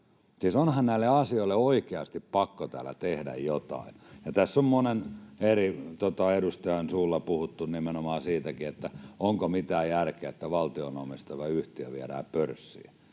onhan näille asioille oikeasti pakko täällä tehdä jotain. Tässä on monen eri edustajan suulla puhuttu nimenomaan siitäkin, onko mitään järkeä, että valtion omistama yhtiö viedään pörssiin.